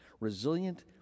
Resilient